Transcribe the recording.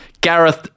Gareth